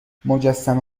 مجسمه